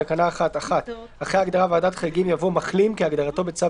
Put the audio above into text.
בתקנה 1- אחרי ההגדרה "ועדת חריגים" יבוא: ""מחלים"- כהגדרתו בצו